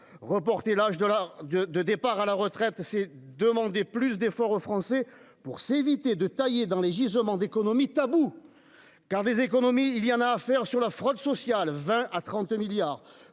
Reporter l'âge de départ à la retraite, c'est demander plus d'efforts aux Français pour s'éviter de tailler dans les gisements d'économies tabous. En effet, des économies, il y en a à faire, sur la fraude sociale- de 20 à 30 milliards